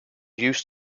use